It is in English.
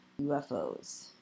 UFOs